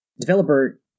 Developer